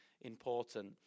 important